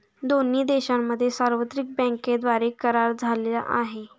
दोन्ही देशांमध्ये सार्वत्रिक बँकांद्वारे करार झाला आहे